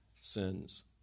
sins